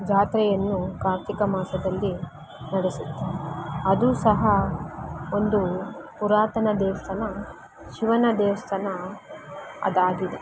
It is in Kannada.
ಜಾತ್ರೆಯನ್ನು ಕಾರ್ತಿಕ ಮಾಸದಲ್ಲಿ ನಡೆಸುತ್ತಾರೆ ಅದೂ ಸಹ ಒಂದು ಪುರಾತನ ದೇವಸ್ಥಾನ ಶಿವನ ದೇವಸ್ಥಾನ ಅದಾಗಿದೆ